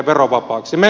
me odotamme